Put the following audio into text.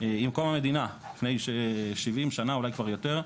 עם קום המדינה, לפני 70 שנה, אולי כבר יותר.